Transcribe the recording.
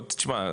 תשמע,